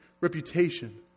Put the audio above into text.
reputation